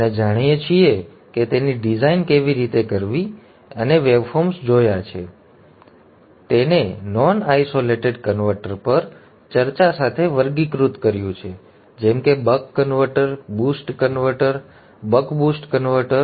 અમે જાણીએ છીએ કે તેની ડિઝાઇન કેવી રીતે કરવી અમે વેવફોર્મ્સ જોયા છે અને અમે તેને નોન આઇસોલેટેડ કન્વર્ટર પર ચર્ચા સાથે વર્ગીકૃત કર્યું છે જેમ કે buck converter boost converter buck boost converter